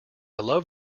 love